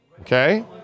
Okay